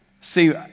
See